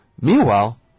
meanwhile